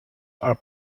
are